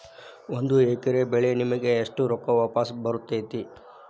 ಒಂದು ಎಕರೆ ಬೆಳೆ ವಿಮೆಗೆ ಎಷ್ಟ ರೊಕ್ಕ ವಾಪಸ್ ಬರತೇತಿ?